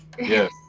Yes